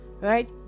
right